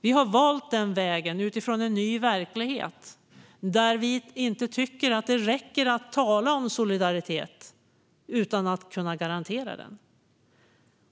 Vi har valt den vägen utifrån en ny verklighet, där vi inte tycker att det räcker att tala om solidaritet utan att kunna garantera det.